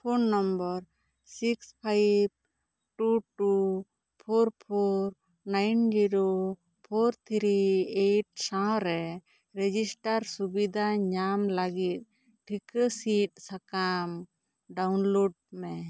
ᱯᱳᱱ number six five two two four four nine zero four three eight ᱥᱟᱶ ᱨᱮ register ᱥᱩᱵᱤᱫᱟ ᱧᱟᱸᱢ ᱞᱟ ᱜᱤᱫ ᱴᱷᱤᱠᱟᱹ ᱥᱤᱫ ᱥᱟᱠᱟᱢ ᱰᱟᱣᱩᱱᱞᱳᱰ ᱢᱮ